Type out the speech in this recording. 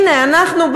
הנה, אנחנו.